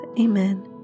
Amen